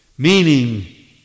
Meaning